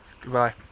Goodbye